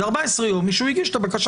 אלה 14 ימים, משהוא הגיש את הבקשה